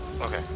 Okay